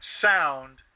sound